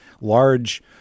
large